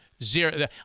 Zero